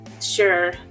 sure